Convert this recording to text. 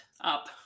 up